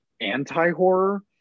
anti-horror